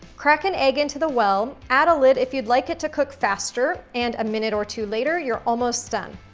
crack an egg into the well, add a lid if you'd like it to cook faster, and a minute or two later, you're almost done.